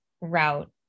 route